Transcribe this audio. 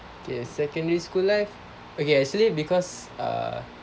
okay secondary school life okay actually because err